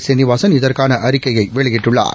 ஸ்ரீனிவாசன் இதற்கான அறிக்கையை வெளியிட்டுள்ளார்